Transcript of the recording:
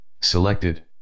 selected